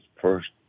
first